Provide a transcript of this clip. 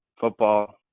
football